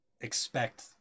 expect